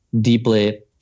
deeply